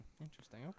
Interesting